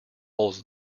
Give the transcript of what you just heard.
holds